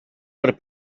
per